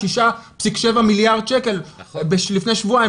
6.7 מיליארד שקל לפני שבועיים,